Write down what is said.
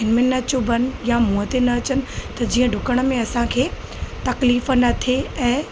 अखियुनि में न चुभन यां मुंहं ते न अचनि त जीअं डुकण में असांखे तकलीफ़ न थिए ऐं